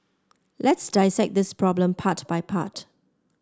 let's dissect this problem part by part